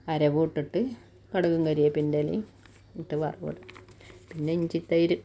അരവൂട്ടിട്ട് കടുകും കരിയേപ്പിൻറ്റെലേം ഇട്ട് വറവിടും പിന്നെ ഇഞ്ചി തൈര്